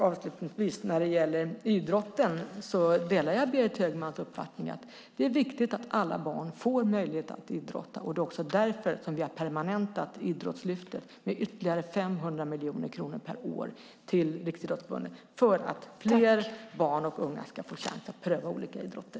Avslutningsvis: När det gäller idrotten delar jag Berit Högmans uppfattning. Det är viktigt att alla barn får möjlighet att idrotta. Det är också därför vi har permanentat Idrottslyftet med ytterligare 500 miljoner kronor per år till Riksidrottsförbundet - för att fler barn och unga ska få chans att pröva olika idrotter.